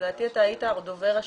לדעתי היית הדובר השני,